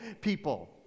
people